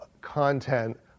content